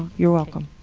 you're welcome.